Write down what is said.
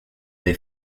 des